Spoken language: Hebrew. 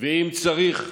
אם צריך,